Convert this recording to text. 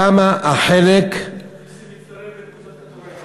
כמה החלק, נסים מצטרף לקבוצת כדורגל.